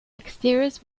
exteriors